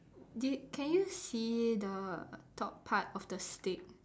do you can you see the top part of the stick